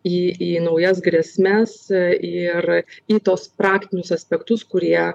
į į naujas grėsmes ir į tuos praktinius aspektus kurie